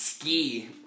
Ski